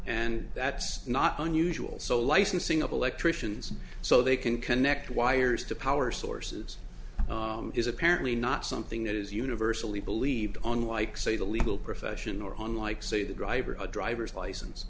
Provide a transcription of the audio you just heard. and that's not unusual so licensing of electricians so they can connect wires to power sources is apparently not something that is universally believed on like say the legal profession or on like say the driver a driver's